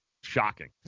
Shocking